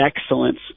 excellence